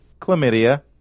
Chlamydia